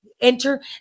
enter